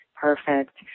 perfect